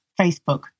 Facebook